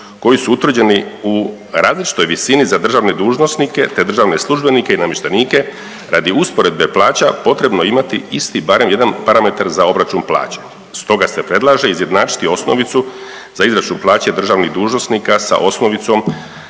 koji su utvrđeni u različitoj visini za državne dužnosnike te državne službenike i namještenike radi usporedbe plaća potrebno je imati isti barem jedan parametar za obračun plaće. Stoga se predlaže izjednačiti osnovicu za izračun plaće državnih dužnosnika sa osnovicom